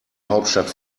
hauptstadt